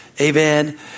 amen